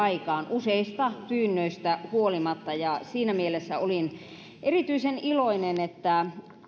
useista pyynnöistä huolimatta ja siinä mielessä olin erityisen iloinen että